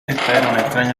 extraña